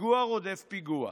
פיגוע רודף פיגוע,